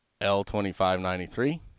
L2593